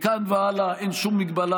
מכאן והלאה אין שום הגבלה,